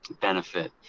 benefit